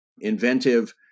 inventive